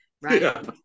Right